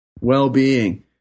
well-being